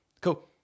cool